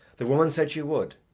the woman said she would,